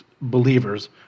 believers